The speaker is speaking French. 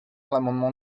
l’amendement